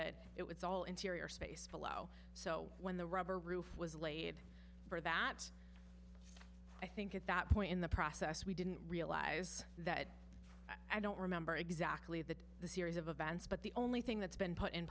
it it was all interior space below so when the rubber roof was laid for that i think at that point in the process we didn't realize that i don't remember exactly that the series of events but the only thing that's been put in